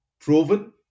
proven